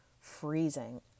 freezing